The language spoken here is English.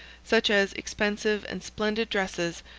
such as expensive and splendid dresses,